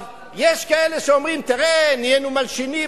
יש כאלה שאומרים: תראה, נהיינו מלשינים.